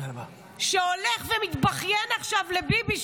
שהולך ומתבכיין עכשיו לביבי,